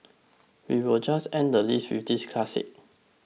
we'll just end the list with this classic